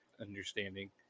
understanding